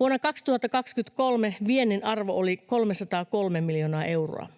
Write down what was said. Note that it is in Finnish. Vuonna 2023 viennin arvo oli 303 miljoonaa euroa.